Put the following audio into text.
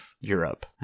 Europe